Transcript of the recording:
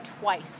twice